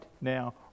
now